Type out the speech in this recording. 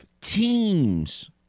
teams